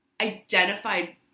identified